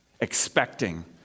expecting